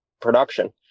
production